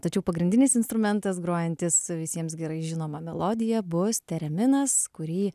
tačiau pagrindinis instrumentas grojantis visiems gerai žinoma melodija bus tereminas kurį